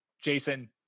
jason